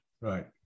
right